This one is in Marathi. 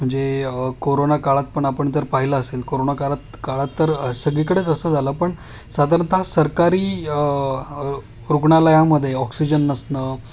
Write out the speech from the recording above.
म्हणजे कोरोना काळात पण आपण जर पाहिलं असेल कोरोना काळात काळात तर सगळीकडेच असं झालं पण साधारणतः सरकारी रुग्णालयामध्ये ऑक्सिजन नसनं